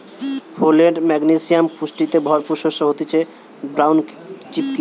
folate, magnesium পুষ্টিতে ভরপুর শস্য হতিছে ব্রাউন চিকপি